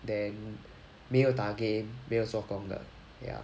then 没有打 game 没有做工的 ya